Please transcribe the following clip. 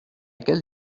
quelle